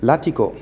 लाथिख'